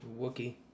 Wookie